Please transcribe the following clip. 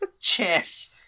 chess